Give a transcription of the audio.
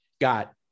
got